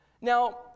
Now